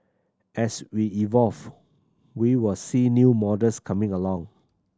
as we evolve we was see new models coming along